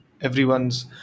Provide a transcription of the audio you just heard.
everyone's